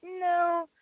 no